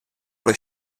про